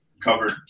covered